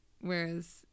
whereas